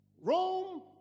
Rome